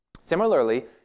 Similarly